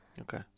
Okay